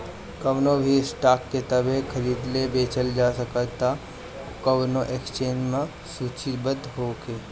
कवनो भी स्टॉक के तबे खरीदल बेचल जा सकत ह जब उ कवनो एक्सचेंज में सूचीबद्ध होखे